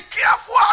careful